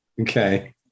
Okay